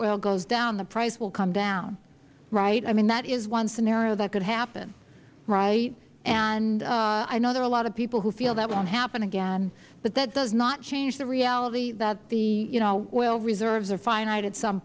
oil goes down the price will come down right i mean that is one scenario that could happen right and i know there are a lot of people who feel that won't happen again but that does not change the reality that the oil reserves are finite at some